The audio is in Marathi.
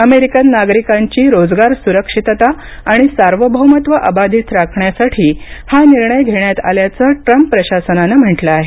अमेरिकन नागरिकांची रोजगार सुरक्षितता आणि सार्वभौमत्व अबाधित राखण्यासाठी हा निर्णय घेण्यात आल्याचं ट्रम्प प्रशासनाने म्हंटल आहे